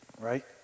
right